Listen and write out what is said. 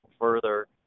further